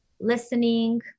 listening